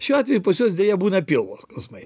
šiuo atveju pas juose deja būna pilvo skausmai